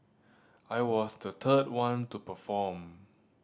I was the third one to perform